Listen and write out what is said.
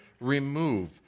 remove